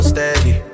Steady